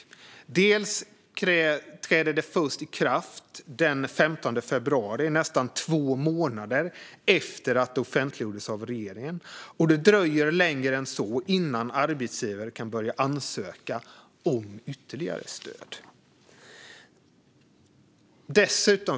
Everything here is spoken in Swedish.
Till att börja med träder det i kraft först den 15 februari, nästan två månader efter att det offentliggjordes av regeringen. Det dröjer också längre än så innan arbetsgivare kan börja ansöka om ytterligare stöd. Fru talman!